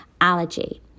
allergy